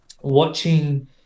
watching